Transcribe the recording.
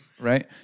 right